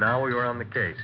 now we were on the gate